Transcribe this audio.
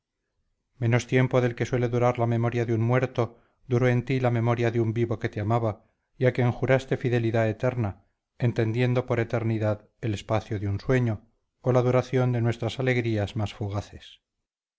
menos tiempo del que suele durar la memoria de un muerto duró en ti la memoria de un vivo que te amaba y a quien juraste fidelidad eterna entendiendo por eternidad el espacio de un sueño o la duración de nuestras alegrías más fugaces